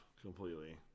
completely